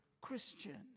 Christian